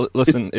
listen